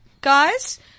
Guys